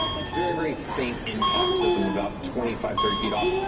very very faint impacts of them about twenty five, thirty feet off.